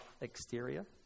exterior